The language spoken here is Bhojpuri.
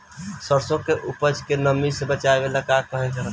सरसों के उपज के नमी से बचावे ला कहवा रखी?